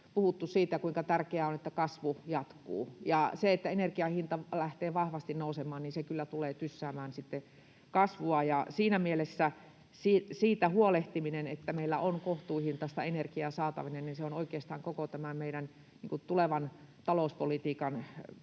puhuttu siitä, kuinka tärkeää on, että kasvu jatkuu, ja se, että energian hinta lähtee vahvasti nousemaan, tulee kyllä tyssäämään sitten kasvua. Siinä mielessä siitä huolehtiminen, että meillä on kohtuuhintaista energiaa saatavana, on oikeastaan koko tämän meidän tulevan talouspolitiikan,